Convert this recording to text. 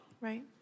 Right